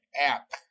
app